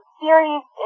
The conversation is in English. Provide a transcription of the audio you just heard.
series